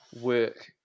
work